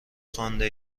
خوانده